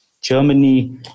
Germany